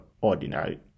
ordinary